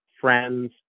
friends